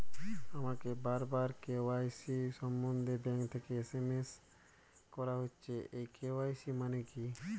আমাকে বারবার কে.ওয়াই.সি সম্বন্ধে ব্যাংক থেকে এস.এম.এস করা হচ্ছে এই কে.ওয়াই.সি মানে কী?